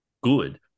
good